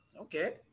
Okay